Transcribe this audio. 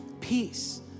peace